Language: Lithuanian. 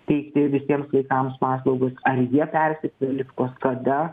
teikti visiems vaikams paslaugos ar jie persikvalifikuos kada